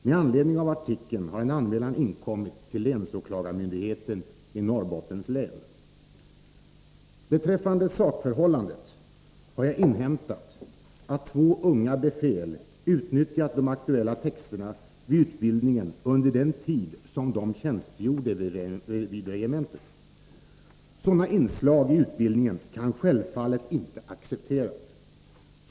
Med anledning av artikeln har en anmälan inkommit till länsåklagarmyndigheten i Norrbottens län. Beträffande sakförhållandet har jag inhämtat att två unga befäl utnyttjat de aktuella texterna vid utbildningen under den tid som de tjänstgjorde vid regementet. Sådana inslag i utbildningen kan självfallet inte accepteras.